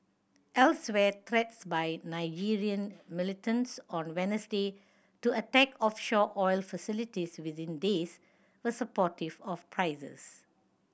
elsewhere threats by Nigerian militants on Wednesday to attack offshore oil facilities within days were supportive of prices